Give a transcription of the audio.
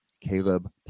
Caleb